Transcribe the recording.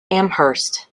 amherst